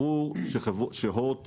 ברור שהוט ויס,